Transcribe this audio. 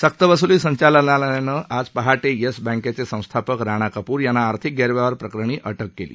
सक्तवसूली संचालनालयानं आज पहाटे येस बँकेचे संस्थापक राणा कपूर यांना आर्थिक गैरव्यवहार प्रकरणी अटक केली